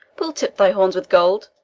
we'll tip thy horns with gold,